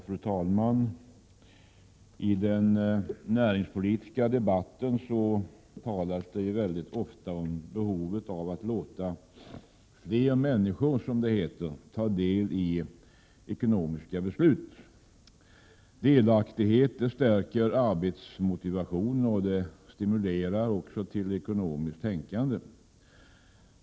Fru talman! I den näringspolitiska debatten talas det ofta om behovet av att låta fler människor ta del i ekonomiska beslut. Delaktighet stärker arbetsmotivationen och stimulerar också till ekonomiskt tänkande.